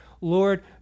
Lord